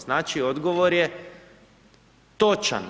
Znači, odgovor je točan.